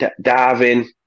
diving